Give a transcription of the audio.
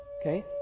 Okay